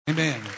Amen